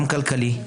גם כלכלי,